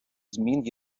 змін